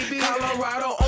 Colorado